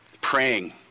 Praying